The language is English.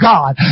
God